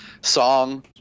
Song